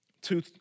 Two